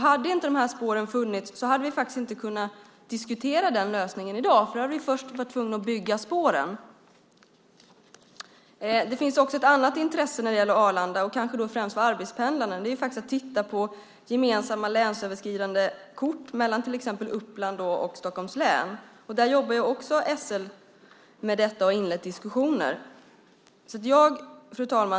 Hade inte de här spåren funnits så hade vi faktiskt inte kunnat diskutera den lösningen i dag, för då hade vi först varit tvungna att bygga spåren. Det finns också ett annat intresse när det gäller Arlanda, och kanske då främst för arbetspendlarna. Det är faktiskt att titta på gemensamma länsöverskridande kort mellan till exempel Uppland och Stockholms län. SL jobbar också med detta och har inlett diskussioner. Fru talman!